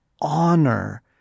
honor